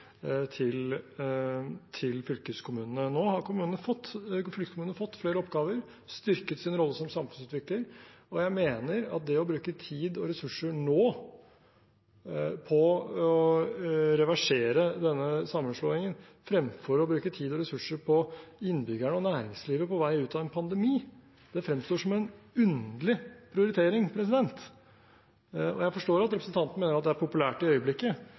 til fylkeskommunene. Nå har fylkeskommunene fått flere oppgaver og styrket sin rolle som samfunnsutvikler. Og jeg mener at det å bruke tid og ressurser nå på å reversere denne sammenslåingen fremfor å bruke tid og ressurser på innbyggerne og næringslivet på vei ut av en pandemi, fremstår som en underlig prioritering. Jeg forstår at representanten mener at det er populært i øyeblikket,